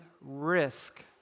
risk